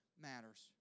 matters